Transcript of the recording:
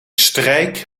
strijk